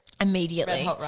immediately